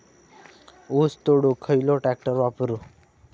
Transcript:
ऊस तोडुक खयलो ट्रॅक्टर वापरू?